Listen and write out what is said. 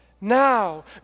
now